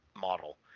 model